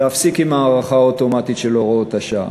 להפסיק עם ההארכה האוטומטית של הוראות השעה.